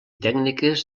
tècniques